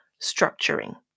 structuring